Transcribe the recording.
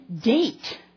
date